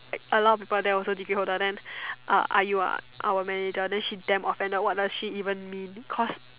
a lot people there also degree holder then uh I_U ah our manager then she damn offended what does she even mean cause